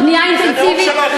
בנייה אינטנסיבית,